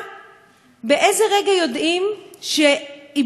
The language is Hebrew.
יודעים שאיבדו שליטה,